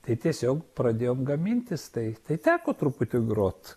tai tiesiog pradėjom gamintis taip tai teko truputį grot